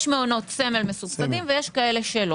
יש מעונות סמל מסובסדים ויש שלא.